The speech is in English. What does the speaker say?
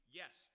yes